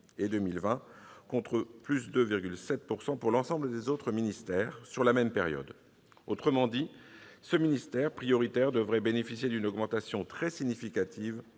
et 2020, contre 2,7 % pour l'ensemble des autres ministères sur la même période. Autrement dit, ce ministère prioritaire devrait bénéficier d'une augmentation très significative